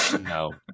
No